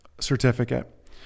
certificate